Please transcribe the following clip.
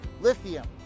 lithium